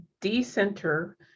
decenter